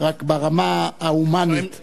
רק ברמה ההומנית,